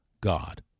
God